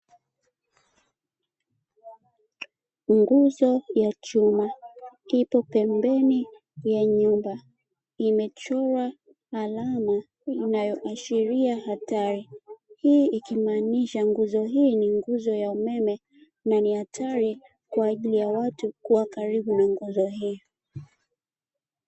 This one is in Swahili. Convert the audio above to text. Nguzo ya chuma ipo pembeni ya nyumba. Imechorwa alama inayoashiria hatari, hii ikimaanisha nguzo hii ni ni nguzo ya umeme na ni hatari kwaajili ya watu kuwa karibu na nguzo hii.